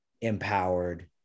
empowered